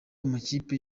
amakipe